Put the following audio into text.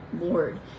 lord